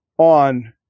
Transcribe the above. On